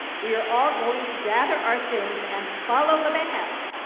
we are all going to gather our things and follow the band,